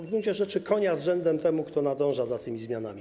W gruncie rzeczy - konia z rzędem temu, kto nadąża za tymi zmianami.